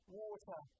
water